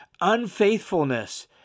unfaithfulness